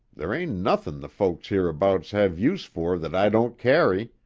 there ain't nothin' the folk hereabout hev use for that i don't carry.